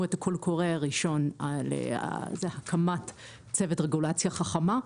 את הקול הקורא הראשון על הקמת צוות רגולציה חכמה.